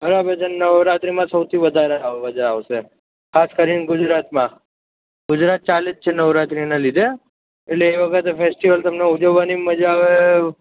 બરાબર છે નવરાત્રીમાં સૌથી વધારે આવ મજા આવશે ખાસ કરીને ગુજરાતમાં ગુજરાત ચાલે જ છે નવરાત્રીના લીધે એટલે એ વખતે ફેસ્ટિવલ તમને ઉજવવાની મજા આવે